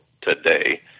today